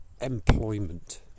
employment